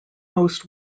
most